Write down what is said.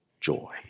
joy